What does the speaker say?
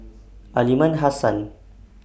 Aliman Hassan